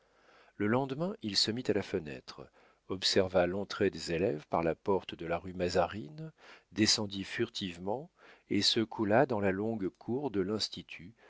le lendemain il se mit à la fenêtre observa l'entrée des élèves par la porte de la rue mazarine descendit furtivement et se coula dans la longue cour de l'institut